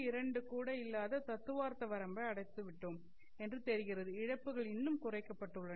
2 கூட இல்லாத தத்துவார்த்த வரம்பை அடைந்துவிட்டோம் என்று தெரிகிறது இழப்புகள் இன்னும் குறைக்கப்பட்டுள்ளன